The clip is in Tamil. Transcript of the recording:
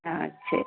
ஆ சரி